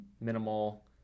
minimal